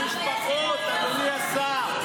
המשפחות, אדוני השר.